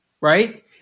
Right